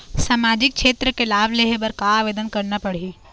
सामाजिक क्षेत्र के लाभ लेहे बर का आवेदन करना पड़ही?